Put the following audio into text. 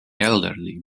elderly